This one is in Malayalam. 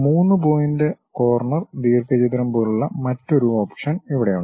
3 പോയിന്റ് കോർണർ ദീർഘചതുരം പോലുള്ള മറ്റൊരു ഓപ്ഷൻ ഇവിടെയുണ്ട്